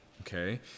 Okay